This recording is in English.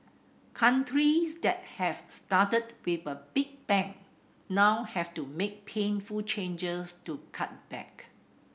countries that have started with a big bang now have to make painful changes to cut back